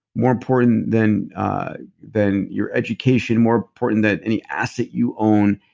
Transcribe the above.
more important than than your education, more important than any asset you own.